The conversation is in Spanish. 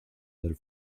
del